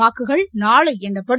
வாக்குகள் நாளை எண்ணப்படும்